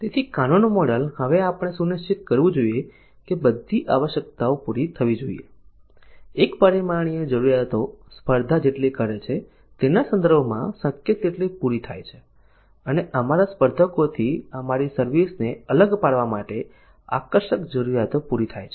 તેથી કાનોનું મોડેલ હવે આપણે સુનિશ્ચિત કરવું જોઈએ કે બધી આવશ્યકતાઓ પૂરી થવી જોઈએ એક પરિમાણીય જરૂરિયાતો સ્પર્ધા જેટલી કરે છે તેના સંદર્ભમાં શક્ય તેટલી પૂરી થાય છે અને અમારા સ્પર્ધકોથી અમારી સર્વિસ ને અલગ પાડવા માટે આકર્ષક જરૂરિયાતો પૂરી થાય છે